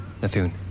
Nathun